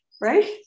right